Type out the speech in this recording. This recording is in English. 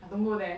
don't go there